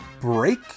break